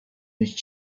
with